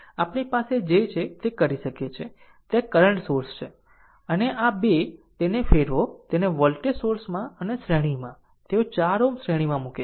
આમ હવે આપણી પાસે જે છે તે કરી શકે છે તે આ કરંટ સોર્સ છે અને આ બે તેને ફેરવો તેને વોલ્ટેજ સોર્સમાં અને શ્રેણીમાં તેઓ 4 Ω શ્રેણીમાં મૂકે છે